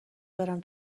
برم